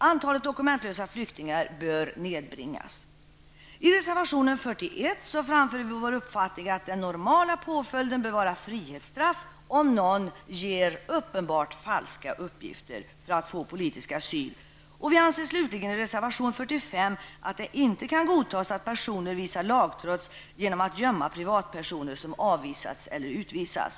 Antalet dokumentlösa flyktingar bör nedbringas. I reservation 41 framför vi vår uppfattning att den normala påföljden bör vara frihetsstraff om någon ger uppenbart falska uppgifter för att få politisk asyl. I reservation 45 anser vi slutligen att det inte kan godtas att personer visar lagtrots genom att gömma privatpersoner som avvisats eller utvisats.